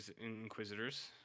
inquisitors